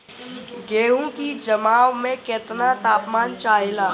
गेहू की जमाव में केतना तापमान चाहेला?